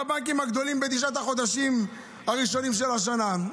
הבנקים הגדולים בתשעת החודשים הראשונים של השנה?